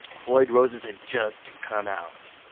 floyd roses had just come out.